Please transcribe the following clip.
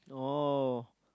oh